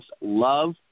Love